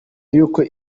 y’uko